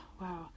Wow